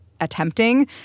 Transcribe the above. attempting